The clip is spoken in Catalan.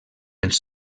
els